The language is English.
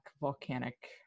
volcanic